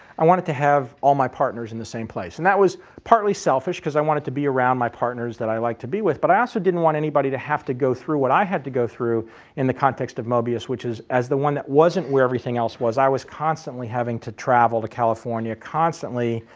i wanted to have all my partners in the same place. and that was partly selfish because i wanted to be around my partners that i like to be with, but i also didn't want anybody to have to go through what i had to go through in the context of mobius, which is, as the one that wasn't where everything else was, i was constantly having to travel to california, constantly